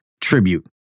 tribute